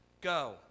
go